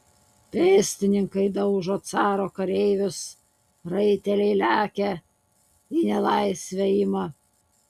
pėstininkai daužo caro kareivius raiteliai lekia į nelaisvę ima